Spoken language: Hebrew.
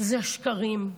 זה השקרים,